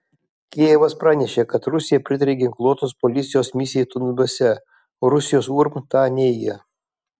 kijevas pranešė kad rusija pritarė ginkluotos policijos misijai donbase rusijos urm tą neigia